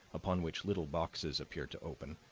upon which little boxes appeared to open,